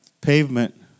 pavement